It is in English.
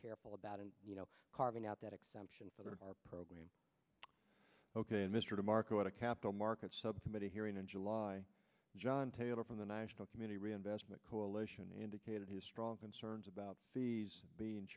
careful about and you know carving out that exception for our program ok mr de marco at a capital markets subcommittee hearing in july john taylor from the national community reinvestment coalition indicated his strong concerns about bein